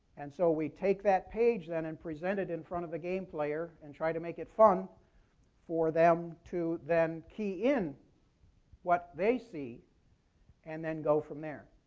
and so we take that page then and presented in front of a game player and try to make it fun for them to then key in what they see and then go from there.